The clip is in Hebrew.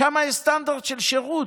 שם יש סטנדרט של שירות,